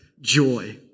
joy